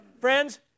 Friends